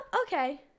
Okay